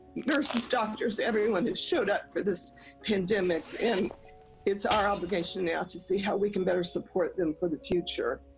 nurses, doctors, everyone has showed up for this pandemic. and it's our obligation now to see how we can better support them for the future,